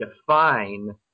define